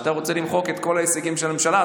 שאתה רוצה למחוק את כל ההישגים של הממשלה.